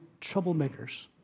troublemakers